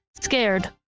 scared